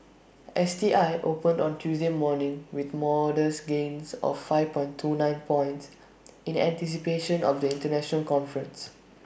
S T I opened on Tuesday morning with modest gains of five point two nine points in anticipation of the International conference